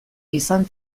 izan